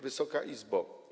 Wysoka Izbo!